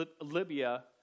Libya